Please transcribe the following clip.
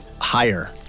higher